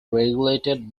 regulated